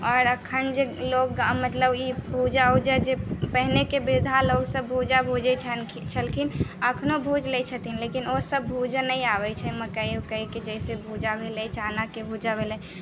आओर अखन जे लोग मतलब ई पूजा उजा जे पहिने के बृद्धा लोकसब भूजा भूजै छलखिन अखनो भूज लै छथिन लेकिन ओसब भूजे नै आबै छै मकई उकई के जैसे भूजा भेलै चना के भूजा भेलयै